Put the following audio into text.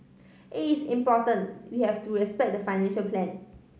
it is important we have to respect the financial plan